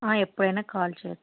ఎప్పుడైనా కాల్ చెయ్యొచ్చు